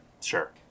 Sure